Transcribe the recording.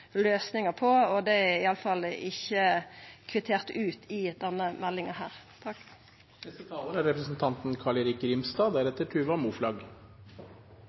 løysingar på, og det er i alle fall ikkje kvittert ut i denne meldinga. Det er mange temaer i eldreomsorgen som fortjener en grundig debatt, og jeg er